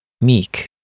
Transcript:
meek